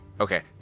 Okay